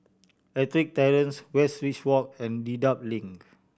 Ettrick Terrace Westridge Walk and Dedap Link